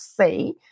see –